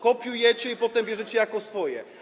Kopiujecie i potem bierzecie jako swoje.